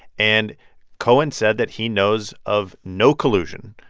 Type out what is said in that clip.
and cohen said that he knows of no collusion.